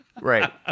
right